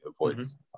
avoids